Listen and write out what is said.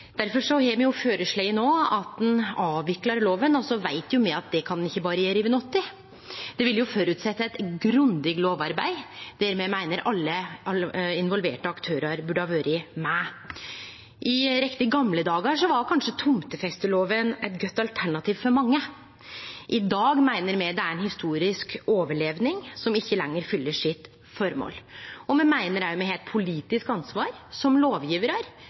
har me no føreslått at ein avviklar loven. Me veit at det kan ein ikkje berre gjere over natta. Det vil ha som føresetnad eit grundig lovarbeid, der me meiner alle involverte aktørar burde ha vore med. I riktig gamle dagar var kanskje tomtefesteloven eit godt alternativ for mange. I dag meiner me det er ei historisk overleving som ikkje lenger fyller sitt føremål. Me meiner òg at me har eit politisk ansvar som lovgjevarar